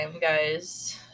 guys